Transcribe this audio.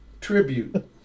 tribute